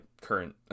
current